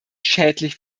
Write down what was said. schädlich